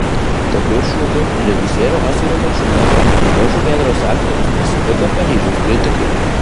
tokiu šūkiu režisierių oskarą koršunovą ir jo žuvėdros aktorius pasitiko paryžiaus kritikai